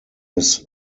his